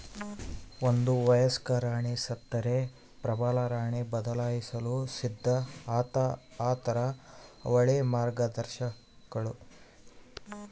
ಒಂದು ವಯಸ್ಕ ರಾಣಿ ಸತ್ತರೆ ಪ್ರಬಲರಾಣಿ ಬದಲಾಯಿಸಲು ಸಿದ್ಧ ಆತಾರ ಅವಳೇ ಮಾರ್ಗದರ್ಶಕಳು